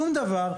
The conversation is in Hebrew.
שום דבר,